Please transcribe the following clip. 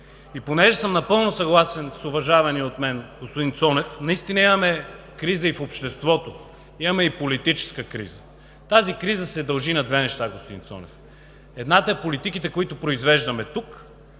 И понеже съм напълно съгласен с уважавания от мен господин Цонев, наистина имаме криза и в обществото, имаме и политическа криза. Тази криза се дължи на две неща, господин Цонев. Едната е политиките, които произвеждаме тук.